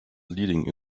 leading